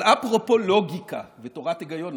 אבל אפרופו לוגיקה ותורת היגיון,